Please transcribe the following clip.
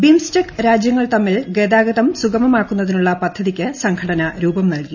BIMSTEC രാജ്യങ്ങൾ തമ്മിൽ ഗതാഗതം സുഗമമാക്കുന്നതിനുള്ള പദ്ധതിക്ക് സംഘടന രൂപം നൽകി